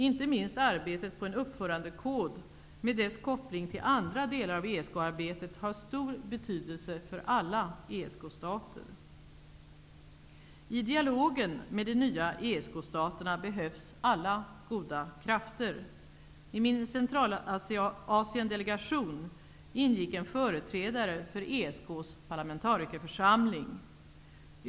Inte minst arbetet på en uppförandekod med dess koppling till andra delar av ESK-arbetet har stor betydelse för alla ESK I dialogen med de nya ESK-staterna behövs alla goda krafter. I min Centralasiendelegation ingick en företrädare för ESK:s parlamentarikerförsamling.